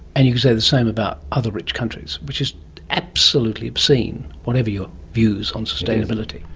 and you could say the same about other rich countries, which is absolutely obscene, whatever your views on sustainability.